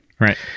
Right